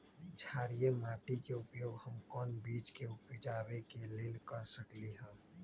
क्षारिये माटी के उपयोग हम कोन बीज के उपजाबे के लेल कर सकली ह?